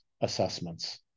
assessments